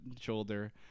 shoulder